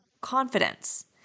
confidence